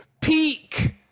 peak